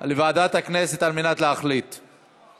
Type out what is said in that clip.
על הכנסה מדיבידנד או מריבית והפרשי הצמדה מאת תאגיד מים